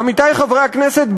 עמיתי חברי הכנסת,